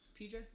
PJ